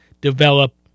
develop